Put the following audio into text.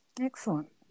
Excellent